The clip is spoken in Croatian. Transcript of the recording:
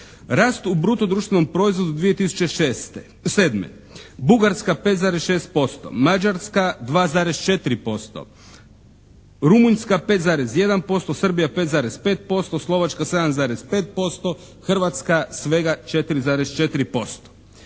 Rast u bruto društvenom proizvodu 2007. Bugarska 5,6%, Mađarska 2,4%, Rumunjska 5,1%, Srbija 5,5%, Slovačka 7,5%, Hrvatska svega 4,4%.